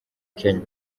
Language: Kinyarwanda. kenya